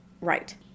Right